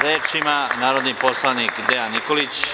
Reč ima narodni poslanik Dejan Nikolić.